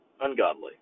ungodly